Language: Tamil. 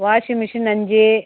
வாஷிங் மிஷின் அஞ்சு